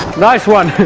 nice one!